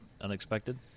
unexpected